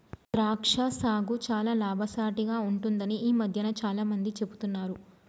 ద్రాక్ష సాగు చాల లాభసాటిగ ఉంటుందని ఈ మధ్యన చాల మంది చెపుతున్నారు